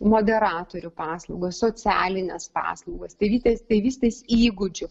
moderatorių paslaugas socialines paslaugas tėvystės tėvystės įgūdžių